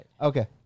Okay